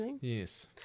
Yes